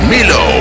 Milo